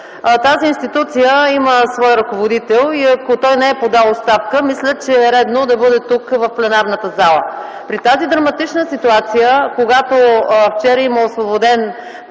Тази институция има свой ръководител и ако той не е подал оставка, мисля, че е редно да бъде тук, в пленарната зала. При тази драматична ситуация, при която вчера има освободен